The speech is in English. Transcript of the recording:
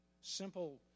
simple